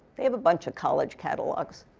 they have a bunch of college catalogs.